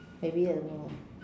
maybe I don't know lah